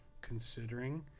considering